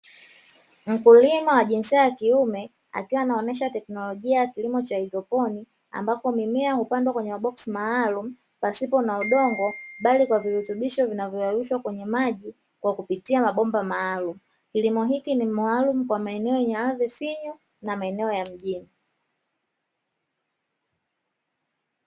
Mkulima wa jinsia ya kiume akiwa anaonesha teknolojia ya kilimo cha haydroponiki, ambapo mimea hupandwa kwenye maboksi maalumu, pasipo na udongo bali kwa viltubisho vinavyoyeyushwa kwenye maji kwa kupitia mabomba maalumu, kilimo hiki ni maalumu kwa maeneo yenye ardhi finyu na maeneo ya mjini.